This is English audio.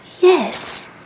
Yes